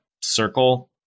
circle